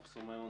פרופ' מימון,